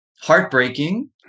heartbreaking